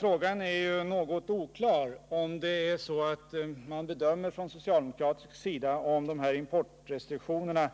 Det är alltså något oklart om man från socialdemokratisk sida bedömer att de här importrestriktionerna